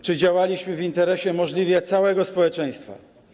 Czy działaliśmy w interesie możliwie całego społeczeństwa?